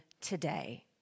today